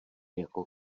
jako